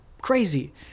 Crazy